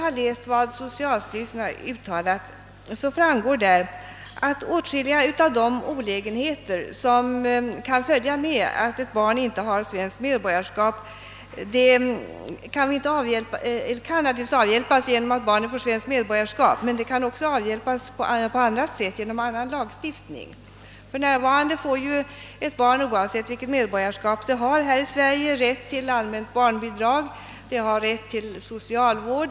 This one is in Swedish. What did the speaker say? Av socialsyrelsens yttrande framgår att åtskilliga av de olägenheter som kan följa med att ett barn inte har svenskt medborgarskap kan avhjälpas genom att medborgarskapslagen ändras så att barnet får det men även genom annan lagstiftning. De har rätt till socialvård.